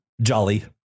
jolly